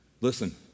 Listen